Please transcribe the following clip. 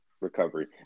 Recovery